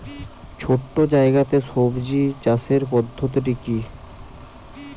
ছোট্ট জায়গাতে সবজি চাষের পদ্ধতিটি কী?